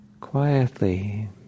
quietly